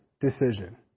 decision